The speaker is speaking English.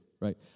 right